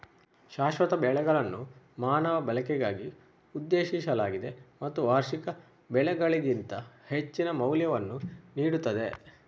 ಶಾಶ್ವತ ಬೆಳೆಗಳನ್ನು ಮಾನವ ಬಳಕೆಗಾಗಿ ಉದ್ದೇಶಿಸಲಾಗಿದೆ ಮತ್ತು ವಾರ್ಷಿಕ ಬೆಳೆಗಳಿಗಿಂತ ಹೆಚ್ಚಿನ ಮೌಲ್ಯವನ್ನು ನೀಡುತ್ತದೆ